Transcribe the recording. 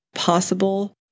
possible